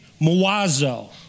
Mwazo